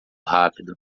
rápido